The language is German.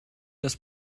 das